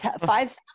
five